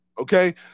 Okay